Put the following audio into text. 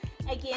Again